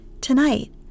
Tonight